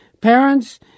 Parents